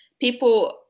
people